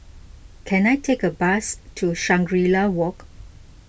can I take a bus to Shangri La Walk